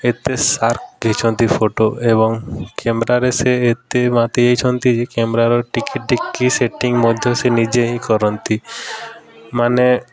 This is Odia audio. ଏତେ ସାର୍ପ୍ ଘିଚନ୍ତି ଫଟୋ ଏବଂ କ୍ୟାମେରାରେ ସେ ଏତେ ମାତି ଯାଇଛନ୍ତି କ୍ୟାମେରାର ଟିକି ଟିକି ସେଟିଂ ମଧ୍ୟ ସେ ନିଜେ ହିଁ କରନ୍ତି ମାନେ